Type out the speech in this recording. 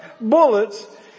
bullets